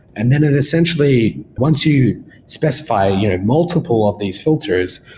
and then, and essentially, once you specify you know multiple of these filters,